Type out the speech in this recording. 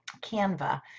Canva